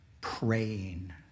praying